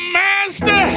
master